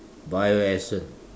Bio Essence